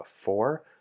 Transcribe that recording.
four